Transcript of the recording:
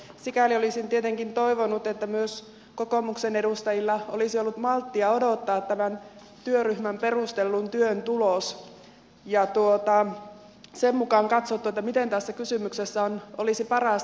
sikäli olisin tietenkin toivonut että myös kokoomuksen edustajilla olisi ollut malttia odottaa tämän työryhmän perustellun työn tulos ja sen mukaan olisi katsottu miten tässä kysymyksessä olisi paras edetä